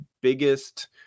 biggest